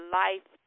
life